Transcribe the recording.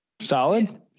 solid